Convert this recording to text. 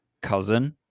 cousin